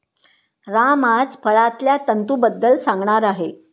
राम आज फळांतल्या तंतूंबद्दल सांगणार आहे